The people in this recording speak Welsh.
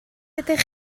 ydych